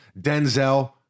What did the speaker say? Denzel